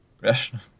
Rational